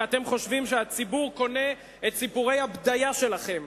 ואתם חושבים שהציבור קונה את סיפורי הבדיה שלכם,